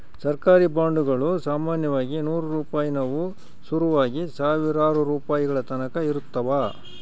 ಸರ್ಕಾರಿ ಬಾಂಡುಗುಳು ಸಾಮಾನ್ಯವಾಗಿ ನೂರು ರೂಪಾಯಿನುವು ಶುರುವಾಗಿ ಸಾವಿರಾರು ರೂಪಾಯಿಗಳತಕನ ಇರುತ್ತವ